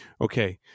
Okay